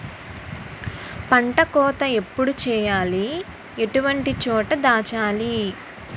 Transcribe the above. పంట కోత ఎప్పుడు చేయాలి? ఎటువంటి చోట దాచాలి?